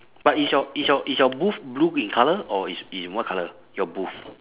but is your is your is your booth blue in colour or is is in what colour your booth